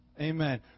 Amen